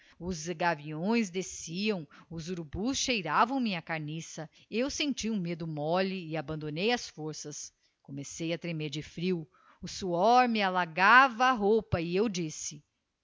os gaviões desciam os urubus cheiravam minha carniça eu senti um medo molle e abandonei as forças comecei a tremer de frio o suor me alagava a roupa e eu disse